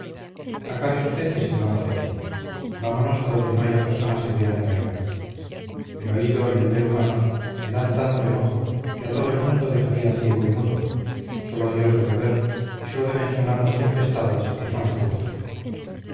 aflicción acabe usted y salgamos de aquí vámonos a donde no haya personas que vean y oigan el oído y el ver humanos me dan tanto enojo que a todo el mundo dejaría ciego y mudo sólo dios debe ver y sólo deben sonar las tempestades que son su voz